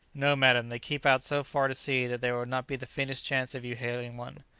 no, madam they keep out so far to sea that there would not be the faintest chance of your hailing one.